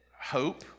hope